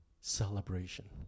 celebration